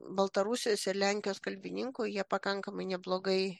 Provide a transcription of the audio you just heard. baltarusijos ir lenkijos kalbininkų jie pakankamai neblogai